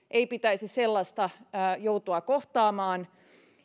ei pitäisi sellaista joutua kohtaamaan